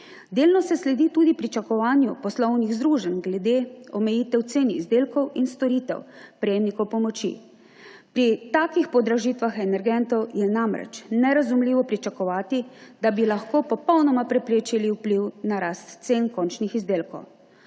Delno se sledi tudi pričakovanju poslovnih združenj glede omejitev cen izdelkov in storitev prejemnikov pomoči. Pri takih podražitvah energentov je namreč nerazumljivo pričakovati, da bi lahko popolnoma preprečili vpliv na rast cen končnih izdelkov.